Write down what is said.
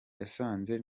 yasanze